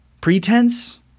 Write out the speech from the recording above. pretense